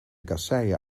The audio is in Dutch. kasseien